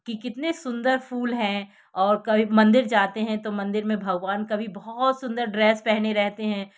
कि कितने सुंदर फूल हैं और कभी मंदिर जाते हैं तो मंदिर में भगवान कभी बहुत सुंदर ड्रेस पहने रहते हैं